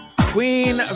Queen